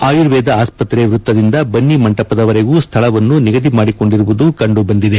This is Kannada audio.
ಆಯುರ್ವೇದ ವೃತ್ತದಿಂದ ಬನ್ನಿ ಮಂಟಪದವರೆಗೂ ಸ್ಥಳವನ್ನು ನಿಗದಿ ಮಾದಿಕೊಂಡಿರುವುದು ಕಂಡುಬಂದಿದೆ